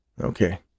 Okay